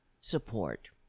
support